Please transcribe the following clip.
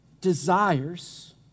desires